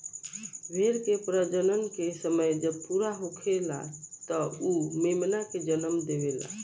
भेड़ के प्रजनन के समय जब पूरा होखेला त उ मेमना के जनम देवेले